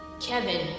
Kevin